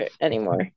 anymore